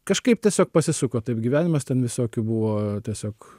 kažkaip tiesiog pasisuko taip gyvenimas ten visokių buvo tiesiog